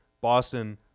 Boston